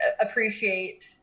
appreciate